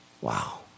wow